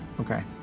Okay